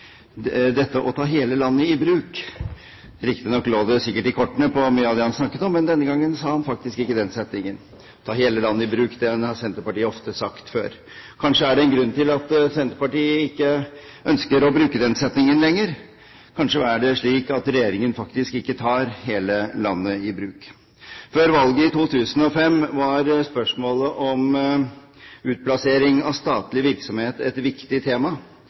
nevnte dette å ta hele landet i bruk. Riktignok lå det sikkert i kortene i mye av det han snakket om, men denne gangen brukte han faktisk ikke uttrykket «å ta hele landet i bruk». Det har Senterpartiet ofte gjort før. Kanskje er det en grunn til at Senterpartiet ikke ønsker å bruke det uttrykket lenger. Kanskje er det slik at regjeringen faktisk ikke tar hele landet i bruk. Før valget i 2005 var spørsmålet om utplassering av statlig virksomhet et viktig tema.